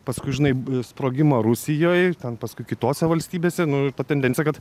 paskui žinai sprogimą rusijoj ten paskui kitose valstybėse ta tendencija kad